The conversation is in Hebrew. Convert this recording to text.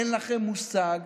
אין לכם מושג